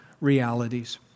realities